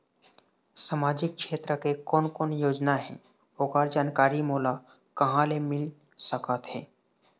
सामाजिक क्षेत्र के कोन कोन योजना हे ओकर जानकारी मोला कहा ले मिल सका थे?